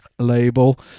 label